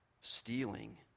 Stealing